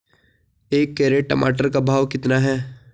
एक कैरेट टमाटर का भाव कितना है?